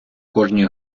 кожній